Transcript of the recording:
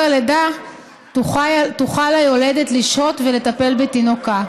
הלידה תוכל היולדת לשהות ולטפל בתינוקה,